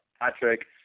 Patrick